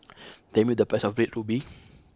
tell me the price of Red Ruby